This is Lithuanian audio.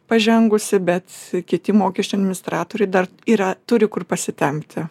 pažengusi bet kiti mokesčių administratoriai dar yra turi kur pasitempti